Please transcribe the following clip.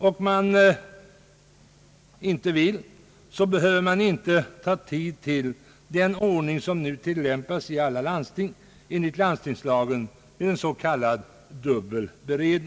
Om man inte vill skall man inte behöva ta sig tid för den ordning som nu tilllämpas i alla landsting med en s.k. dubbel beredning enligt landstingslagen.